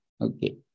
Okay